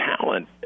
talent